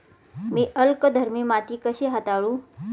मी अल्कधर्मी माती कशी हाताळू?